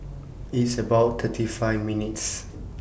It's about thirty five minutes'